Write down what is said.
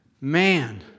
man